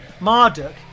Marduk